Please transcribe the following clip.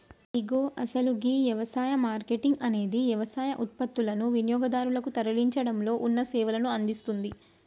ఇగో అసలు గీ యవసాయ మార్కేటింగ్ అనేది యవసాయ ఉత్పత్తులనుని వినియోగదారునికి తరలించడంలో ఉన్న సేవలను అందిస్తుంది